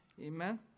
amen